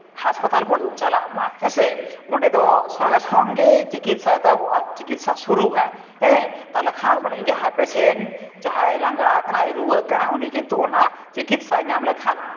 ᱜᱟᱥᱯᱟᱛᱟᱞ ᱵᱚᱱ ᱪᱟᱞᱟᱜᱼᱟ ᱦᱮᱸ ᱥᱮ ᱚᱸᱰᱮ ᱫᱚ ᱥᱚᱝᱜᱮ ᱥᱚᱝᱜᱮ ᱪᱤᱠᱤᱛᱥᱟ ᱮᱛᱚᱦᱚᱵᱚᱜᱼᱟ ᱪᱤᱠᱤᱛᱥᱟ ᱥᱩᱨᱩᱜᱼᱟ ᱦᱮᱸ ᱛᱟᱦᱚᱞᱮ ᱠᱷᱟᱱ ᱱᱩᱭ ᱡᱟᱦᱟᱸᱭ ᱯᱮᱥᱮᱱᱴ ᱡᱟᱦᱟᱸᱭ ᱞᱟᱝᱜᱟ ᱠᱟᱱᱟᱭ ᱨᱩᱣᱟᱹᱜ ᱠᱟᱱᱟᱭ ᱩᱱᱤ ᱠᱤᱱᱛᱩ ᱚᱱᱟ ᱪᱤᱠᱤᱛᱥᱟᱭ ᱧᱟᱢ ᱞᱮᱠᱷᱟᱱ